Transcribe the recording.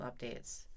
updates